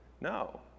no